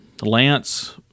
Lance